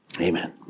Amen